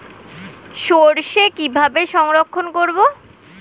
সরষে কিভাবে সংরক্ষণ করব?